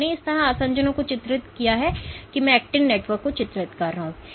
मैं इस तरह आसंजनों को चित्रित कर सकता हूं और मैं एक्टिन नेटवर्क को चित्रित कर सकता हूं